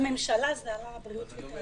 בממשלה זה עלה כבריאות ותיירות.